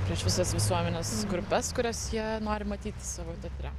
prieš visas visuomenės grupes kurias jie nori matyti savo teatre